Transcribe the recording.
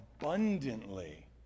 abundantly